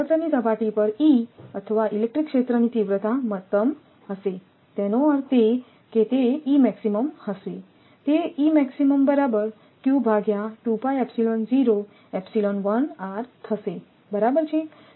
તેથી કંડક્ટરની સપાટી પર E અથવા ઇલેક્ટ્રિક ક્ષેત્રની તીવ્રતા મહત્તમ હશે તેનો અર્થ તે હશે તે થશે બરાબર છે